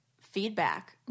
feedback